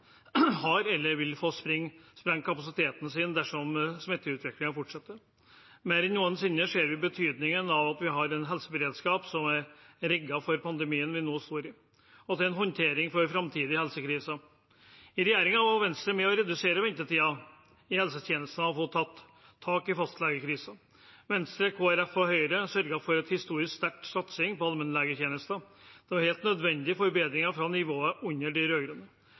fått eller – dersom smitteutviklingen fortsetter – vil få sprengt kapasiteten sin. Mer enn noensinne ser vi betydningen av at vi har en helseberedskap som er rigget for å håndtere pandemien vi nå står i, og framtidige helsekriser. I regjering var Venstre med og reduserte ventetiden i helsetjenestene og tok tak i fastlegekrisen. Venstre, Kristelig Folkeparti og Høyre sørget for en historisk sterk satsing på allmennlegetjenester. Det var helt nødvendige forbedringer fra nivået under de